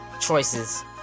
choices